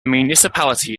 municipality